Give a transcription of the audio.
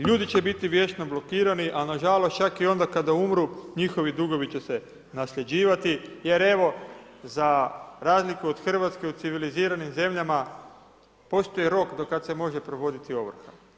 Ljudi će biti vječno blokirani, a nažalost čak i onda kada umru, njihovi dugovi će se nasljeđivati jer evo, za razliku od Hrvatske, u civiliziranim zemljama postoji rok do kad se može provoditi ovrha.